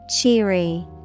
Cheery